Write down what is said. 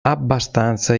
abbastanza